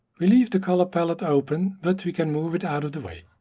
we leave the color palette open, but we can move it out of the way.